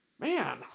man